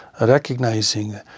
recognizing